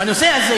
בנושא הזה,